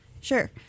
Sure